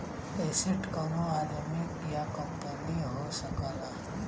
asset कउनो आदमी या कंपनी हो सकला